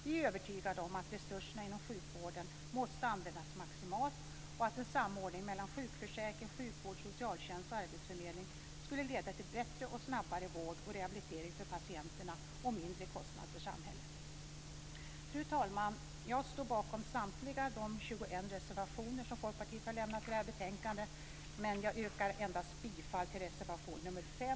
Vi är övertygade om att resurserna inom sjukvården måste användas maximalt och att en samordning mellan sjukförsäkring, sjukvård, socialtjänst och arbetsförmedling skulle leda till bättre och snabbare vård och rehabilitering för patienterna och lägre kostnad för samhället. Fru talman! Jag står bakom samtliga de 21 reservationer som Folkpartiet har lämnat till detta betänkande, men jag yrkar bifall endast till reservation nr 5